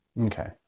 Okay